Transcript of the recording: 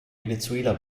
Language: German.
venezuela